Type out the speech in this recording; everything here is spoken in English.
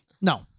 No